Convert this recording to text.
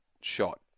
shot